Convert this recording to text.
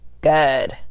Good